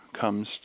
comes